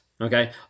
Okay